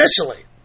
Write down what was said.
Initially